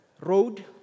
road